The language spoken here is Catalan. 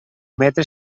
metre